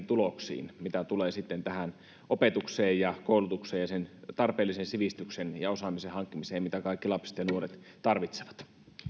tuloksiin mitä tulee sitten opetukseen ja koulutukseen ja sen tarpeellisen sivistyksen ja osaamisen hankkimiseen mitä kaikki lapset ja nuoret tarvitsevat